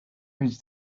his